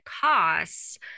costs